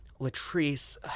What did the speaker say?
Latrice